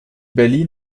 berlin